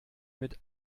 mit